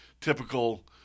typical